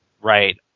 Right